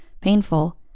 painful